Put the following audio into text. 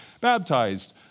baptized